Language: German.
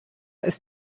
ist